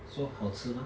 so 好吃吗